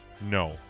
No